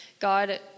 God